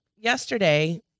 yesterday